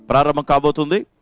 but of them accountable to the